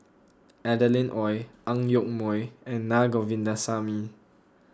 Adeline Ooi Ang Yoke Mooi and Naa Govindasamy